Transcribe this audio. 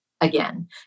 again